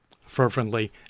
fervently